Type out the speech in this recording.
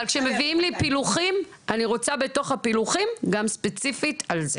אבל כשמביאים לי פילוחים אני רוצה בתוך הפילוחים גם ספציפית על זה.